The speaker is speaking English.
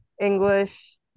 English